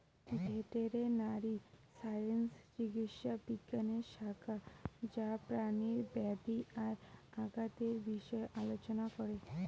veterinary science চিকিৎসা বিজ্ঞানের শাখা যা প্রাণীর ব্যাধি আর আঘাতের বিষয় আলোচনা করে